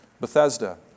Bethesda